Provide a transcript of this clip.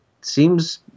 seems